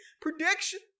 Prediction